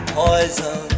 poison